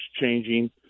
changing